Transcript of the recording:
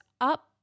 up